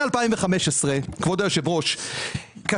כבוד היושב-ראש, אני מייצג עצמאים מ-2015.